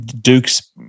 Duke's